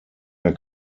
der